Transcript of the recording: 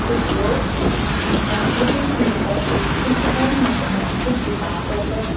کچھ لوگ موسیقی سن کر پرسکون ہوتے ہیں کچھ کتاب پڑھ کر